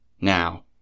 Now